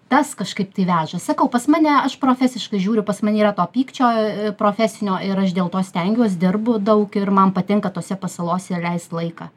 tas kažkaip tai veža sakau pas mane aš profesiškai žiūriu pas mane yra to pykčio profesinio ir aš dėl to stengiuos dirbu daug ir man patinka tose pasalose leis laiką